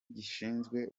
gishinzwe